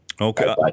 Okay